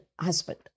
husband